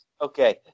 Okay